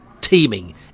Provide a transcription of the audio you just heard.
teeming